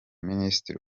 minisitiri